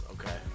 Okay